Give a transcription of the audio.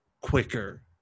quicker